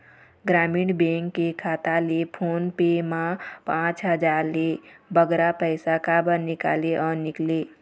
ग्रामीण बैंक के खाता ले फोन पे मा पांच हजार ले बगरा पैसा काबर निकाले निकले?